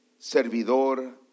servidor